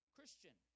Christian